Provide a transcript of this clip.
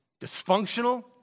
dysfunctional